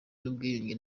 n’ubwiyunge